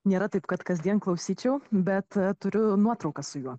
nėra taip kad kasdien klausyčiau bet turiu nuotrauką su juo